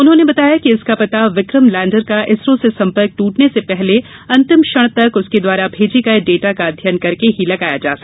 उन्होंने बताया कि इसका पता विक्रम लैंडर का इसरो से संपर्क टूटने से पहले अंतिम ॅक्षण तक उसके द्वारा भेजे गये डाटा का अध्ययन करके ही लगाया जा सकता है